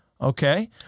Okay